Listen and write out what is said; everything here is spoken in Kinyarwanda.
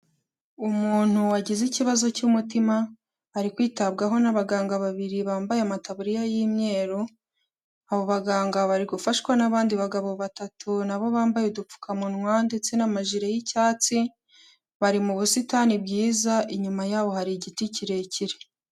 Umuntu wagize ikibazo cy'umutima ari kwitabwaho n'abaganga babiri bambaye amataburiya y'imyeru, abo baganga bari gufashwa n'abandi bagabo batatu na bo bambaye udupfukamunwa ndetse n'amajire y'icyatsi, bari mu busitani bwiza inyuma yabo hari igiti kirekire.